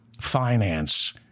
finance